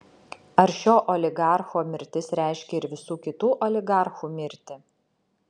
ar šio oligarcho mirtis reiškia ir visų kitų oligarchų mirtį